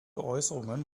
äußerungen